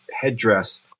headdress